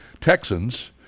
Texans